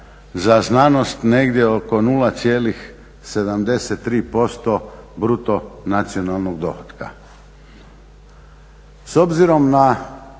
za znanost negdje oko 0,73% bruto nacionalnog dohotka.